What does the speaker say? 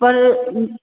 ਪਰ